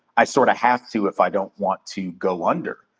i sorta have to if i don't want to go under.